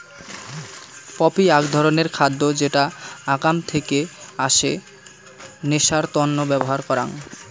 poppy আক ধরণের খাদ্য যেটা আকাম থেকে আসে নেশার তন্ন ব্যবহার করাং